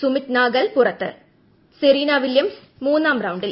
സുമിത് നഗാൽ പുറത്ത് Serena Williams മൂന്നാം റൌണ്ടിൽ